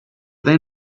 then